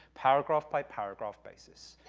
paragraph by paragraph basis.